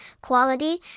quality